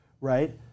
right